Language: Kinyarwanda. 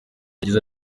yagize